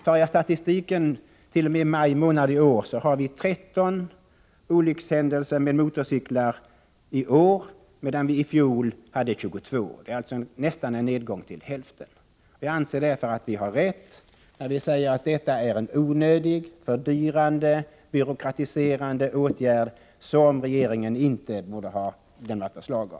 Enligt statistiken t.o.m. maj månad i år har 13 olyckshändelser med motorcyklar inträffat i år, medan antalet i fjol var 22. Det är alltså nästan hälften. Vi anser därför att vi har rätt när vi säger att detta är en onödig, fördyrande och byråkratiserande åtgärd som regeringen inte borde ha framlagt förslag om.